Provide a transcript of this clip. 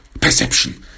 perception